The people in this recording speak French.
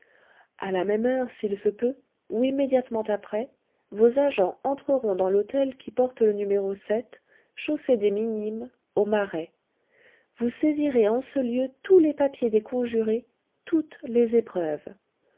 a la même heure s'il se peut ou immédiatement après vos agents entreront dans l'hôtel qui porte le numéro chaussée des minimes au marais vous saisirez en ce lieu tous les papiers des conjurés toutes les épreuves